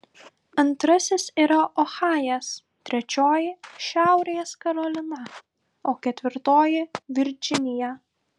antrasis yra ohajas trečioji šiaurės karolina o ketvirtoji virdžinija